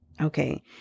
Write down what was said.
Okay